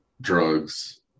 drugs